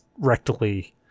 rectally